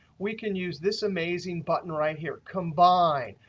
we can use this amazing button right here, combine.